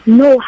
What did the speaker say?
no